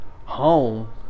home